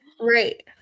Right